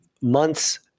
months